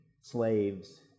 slaves